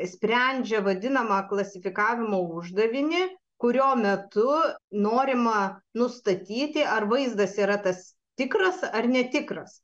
sprendžia vadinamą klasifikavimo uždavinį kurio metu norima nustatyti ar vaizdas yra tas tikras ar netikras